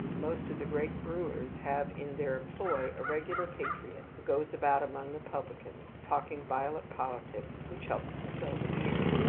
most of the great brewers have in their employ a regular patriot who goes about among the publicans, talking violent politics, which helps to sell the beer.